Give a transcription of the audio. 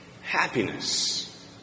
happiness